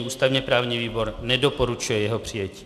Ústavněprávní výbor nedoporučuje jeho přijetí.